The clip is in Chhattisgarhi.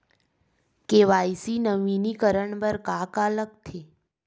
के.वाई.सी नवीनीकरण बर का का लगथे?